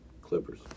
Clippers